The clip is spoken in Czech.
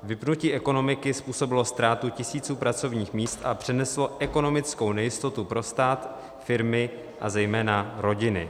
Vypnutí ekonomiky způsobilo ztrátu tisíců pracovních míst a přineslo ekonomickou nejistotu pro stát, firmy a zejména rodiny.